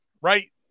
right